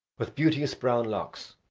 with beauteous brown locks,